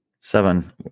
Seven